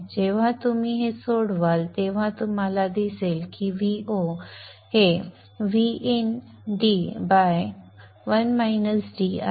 जेव्हा तुम्ही हे सोडवाल तेव्हा तुम्हाला दिसेल की Vo समान Vin d 1 वजा d आहे